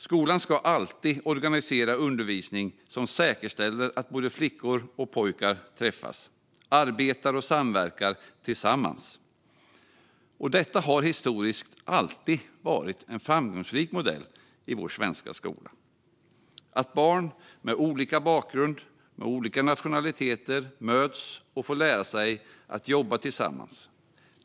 Skolan ska alltid organisera undervisning som säkerställer att flickor och pojkar träffas och arbetar och samverkar tillsammans. Detta har historiskt alltid varit en framgångsmodell i vår svenska skola: Barn med olika bakgrund och nationalitet möts och får lära sig att jobba tillsammans.